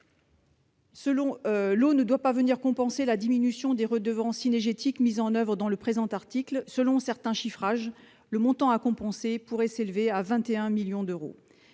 l'eau n'ont pas à compenser la diminution des redevances cynégétiques mise en oeuvre dans le présent article. Selon certains chiffrages, le montant à compenser pourrait s'élever à 21 millions d'euros.